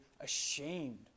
ashamed